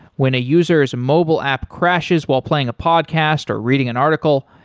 when a user's mobile app crashes while playing a podcast or reading an article,